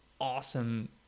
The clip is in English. awesome